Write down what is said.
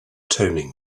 toning